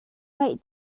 ngeih